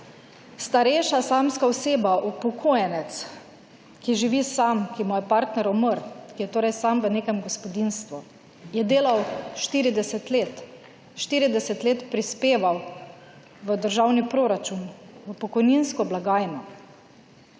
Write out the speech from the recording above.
starejša samska oseba, upokojenec, ki živi sam, ki mu je partner umrl, ki je torej sam v nekem gospodinjstvu, je delal 40 let, 40 let prispeval v državni proračun, v pokojninsko blagajno,